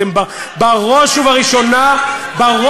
ובראש ובראשונה, סליחה, איפה הממשלה?